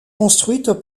construite